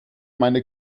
meine